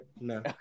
no